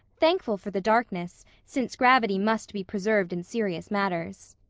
thankful for the darkness, since gravity must be preserved in serious matters.